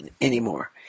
anymore